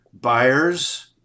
Buyers